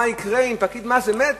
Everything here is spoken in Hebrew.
מה יקרה עם פקיד מס אמת,